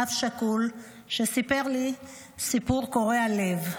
אב שכול שסיפר לי סיפור קורע לב.